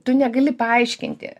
tu negali paaiškinti